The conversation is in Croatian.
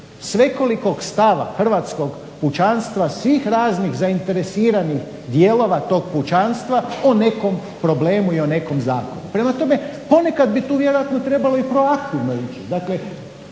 svekolikog stava hrvatskog pučanstva svih raznih zainteresiranih dijelova tog pučanstva o nekom problemu i o nekom zakonu. Prema tome, ponekad bi tu vjerojatno trebalo i proaktivno ići. Dakle,